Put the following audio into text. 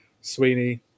Sweeney